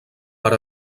per